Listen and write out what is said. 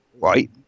right